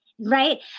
right